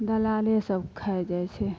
दलाले सब खाइ जाइत छै